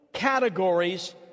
Categories